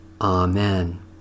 Amen